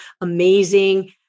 amazing